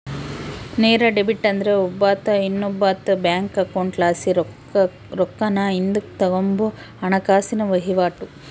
ನೇರ ಡೆಬಿಟ್ ಅಂದ್ರ ಒಬ್ಬಾತ ಇನ್ನೊಬ್ಬಾತುನ್ ಬ್ಯಾಂಕ್ ಅಕೌಂಟ್ಲಾಸಿ ರೊಕ್ಕಾನ ಹಿಂದುಕ್ ತಗಂಬೋ ಹಣಕಾಸಿನ ವಹಿವಾಟು